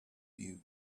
view